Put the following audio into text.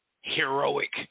heroic